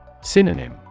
Synonym